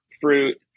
fruit